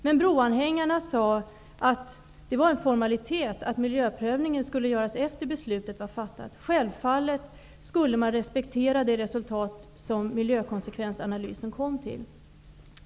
Men broanhängarna sade att det var en formalitet att miljöprövningen skulle göras efter det att beslutet var fattat. Självfallet skulle man respektera det resultat som miljökonsekvensanalysen gav.